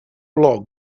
blog